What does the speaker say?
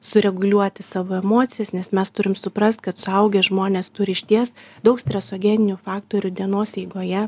sureguliuoti savo emocijas nes mes turim suprast kad suaugę žmonės turi išties daug stresogeninių faktorių dienos eigoje